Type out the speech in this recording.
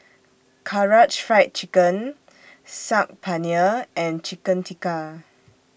Karaage Fried Chicken Saag Paneer and Chicken Tikka